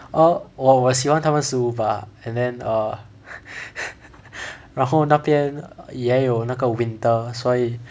err 我我喜欢他们食物 bah and then err 然后那边也有那个 winter 所以